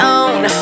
on